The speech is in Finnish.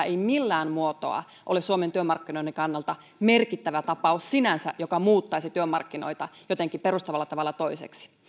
ei millään muotoa ole suomen työmarkkinoiden kannalta merkittävä tapaus sinänsä joka muuttaisi työmarkkinoita jotenkin perustavalla tavalla toiseksi